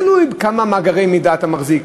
תלוי כמה מאגרי מידע אתה מחזיק,